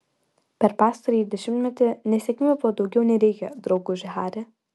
per pastarąjį dešimtmetį nesėkmių buvo daugiau nei reikia drauguži hari